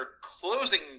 closing